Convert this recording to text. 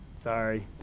Sorry